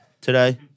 today